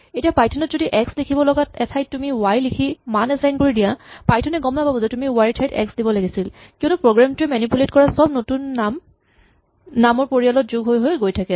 এতিয়া পাইথন ত যদি এক্স লিখিব লগা এঠাইত তুমি ৱাই লিখি মান এচাইন কৰি দিয়া পাইথন এ গম নাপাব যে তুমি ৱাই ৰ ঠাইত এক্স দিব লাগিছিল কিয়নো প্ৰগ্ৰেম টোৱে মেনিপুলেট কৰা চব নতুন নাম নামৰ পৰিয়ালত যোগ হৈ হৈ গৈ থাকে